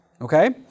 okay